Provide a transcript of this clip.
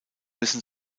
müssen